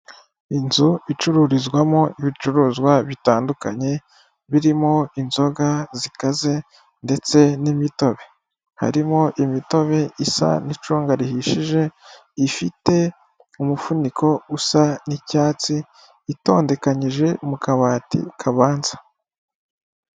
Inzu icururizwamo ibicuruzwa bitandukanye birimo inzoga zikaze ndetse n'imitobe harimo imitobe isa n'icunga rihishije ifite umufuniko usa n'icyatsi itondekanyije mu kabati kabanza.